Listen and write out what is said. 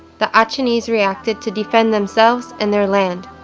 the acehnese reacted to defend themselves and their land.